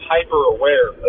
hyper-aware